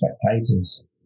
spectators